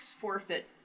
forfeit